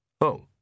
Oh